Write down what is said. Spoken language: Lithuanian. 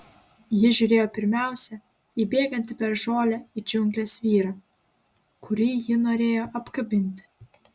ji žiūrėjo pirmiausia į bėgantį per žolę į džiungles vyrą kurį ji norėjo apkabinti